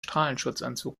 strahlenschutzanzug